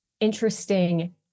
interesting